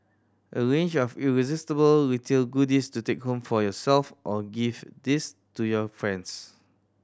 a range of irresistible retail goodies to take home for yourself or gift these to your friends